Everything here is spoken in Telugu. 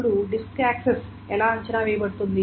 ఇప్పుడు డిస్క్ యాక్సెస్ ఎలా అంచనా వేయబడుతుంది